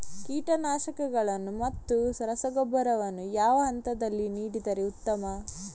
ಕೀಟನಾಶಕಗಳನ್ನು ಮತ್ತು ರಸಗೊಬ್ಬರವನ್ನು ಯಾವ ಹಂತದಲ್ಲಿ ನೀಡಿದರೆ ಉತ್ತಮ?